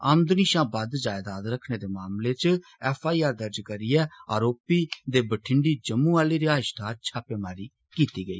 आमदनी शां बद्द जायदाद रखने दे मामले च एफ आई आर दर्ज करिये आरोपी दे भठिंडी जम्मू आहली रिहायश थाहर छापेमारी कीती गेई